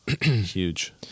huge